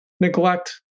neglect